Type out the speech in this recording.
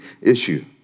issue